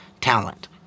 talent